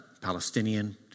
Palestinian